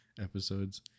episodes